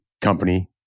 company